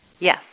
Yes